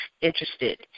interested